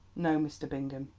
no, mr. bingham.